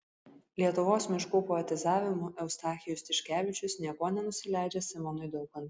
lietuvos miškų poetizavimu eustachijus tiškevičius niekuo nenusileidžia simonui daukantui